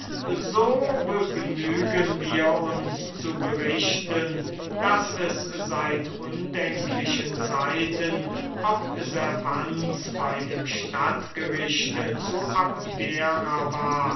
so begnügen wir uns zu berichten daß es seit undenklichen zeiten eine observanz bei dem stadtgerichte zu abdera war